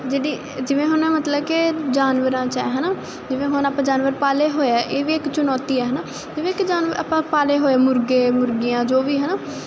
ਜਿਵੇਂ ਹੁਣ ਮਤਲਬ ਕਿ ਜਾਨਵਰਾਂ 'ਚ ਹਨਾ ਜਿਵੇਂ ਹੁਣ ਆਪਾਂ ਜਾਨਵਰ ਪਾਲੇ ਹੋਇਆ ਇਹ ਵੀ ਇੱਕ ਚੁਣੌਤੀ ਆ ਹਨਾ ਜਿਵੇਂ ਇੱਕ ਜਾਨਵਰ ਆਪਾਂ ਪਾਲੇ ਹੋਏ ਮੁਰਗੇ ਮੁਰਗੀਆਂ ਜੋ ਵੀ ਹਨਾ ਤੇ